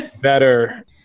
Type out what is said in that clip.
better